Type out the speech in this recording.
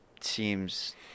seems